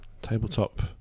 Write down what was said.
tabletop